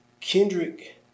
Kendrick